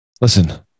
listen